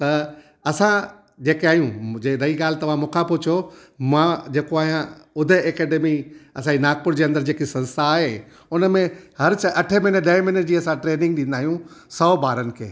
त असां जेके आहियूं मुंहिंजे रही ॻाल्हि तव्हां मूंखां पुछो मां जेको आहियां उदय अकैडमी असांजी नागपुर जे अंदरि जेकी संस्था आहे उन में हर अठे महिने ॾहें महिने जी असां ट्रेनिंग ॾींदा आहियूं सौ ॿारनि खे